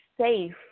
safe